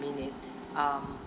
minute um